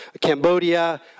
Cambodia